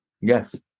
Yes